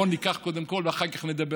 בואו ניקח קודם כול ואחר כך נדבר,